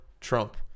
trump